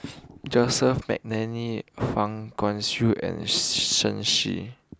Joseph Mcnally Fang Guixiang and Shen Xi